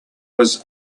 was